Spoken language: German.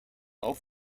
auch